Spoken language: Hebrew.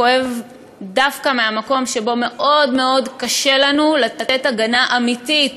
כואב דווקא מהמקום שבו קשה לנו מאוד מאוד לתת הגנה אמיתית